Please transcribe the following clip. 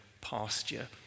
pasture